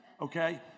okay